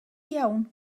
iawn